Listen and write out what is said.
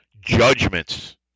judgments